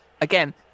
again